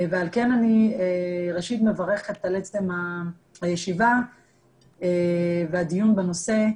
ועל כן אני ראשית מברכת על עצם הישיבה והדיון בנושא,